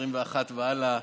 העשרים-ואחת והלאה.